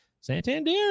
Santander